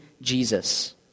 Jesus